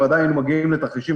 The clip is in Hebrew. בוודאי היינו מגיעים לתרחישים,